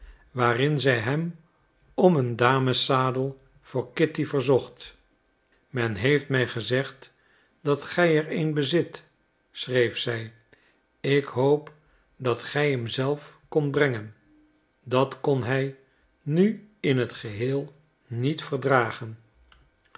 waarin zij hem om een dameszadel voor kitty verzocht men heeft mij gezegd dat gij er een bezit schreef zij ik hoop dat gij hem zelf komt brengen dat kon hij nu in het geheel niet verdragen